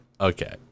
Okay